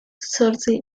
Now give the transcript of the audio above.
zortzi